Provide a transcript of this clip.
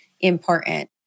important